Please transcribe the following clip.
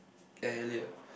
Eliot